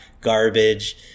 garbage